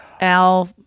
al